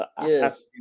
yes